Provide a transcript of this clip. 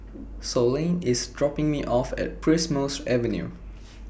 Sloane IS dropping Me off At Primrose Avenue